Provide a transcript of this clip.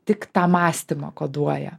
tik tą mąstymą koduoja